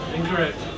Incorrect